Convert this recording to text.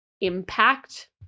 impact